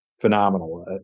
phenomenal